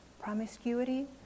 promiscuity